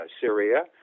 Syria